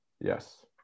Yes